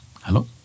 Hello